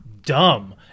dumb